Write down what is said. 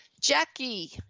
Jackie